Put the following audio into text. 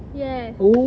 yes